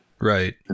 right